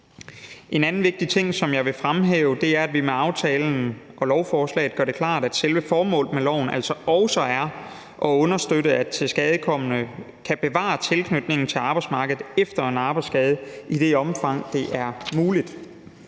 En anden vigtig ting, som jeg vil fremhæve, er, at vi med aftalen om lovforslaget gør det klart, at selve formålet med loven altså også er at understøtte, at tilskadekomne kan bevare tilknytningen til arbejdsmarkedet efter en arbejdsskade i det omfang, det er muligt.